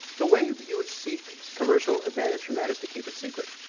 the way that you would seek commercial advantage from that is to keep it secret,